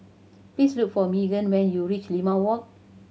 please look for Maegan when you reach Limau Walk